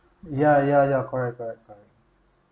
ya ya ya correct correct correct